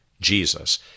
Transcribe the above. Jesus